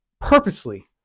purposely